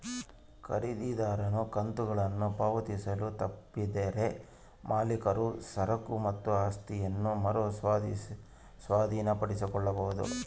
ಖರೀದಿದಾರನು ಕಂತುಗಳನ್ನು ಪಾವತಿಸಲು ತಪ್ಪಿದರೆ ಮಾಲೀಕರು ಸರಕು ಮತ್ತು ಆಸ್ತಿಯನ್ನ ಮರು ಸ್ವಾಧೀನಪಡಿಸಿಕೊಳ್ಳಬೊದು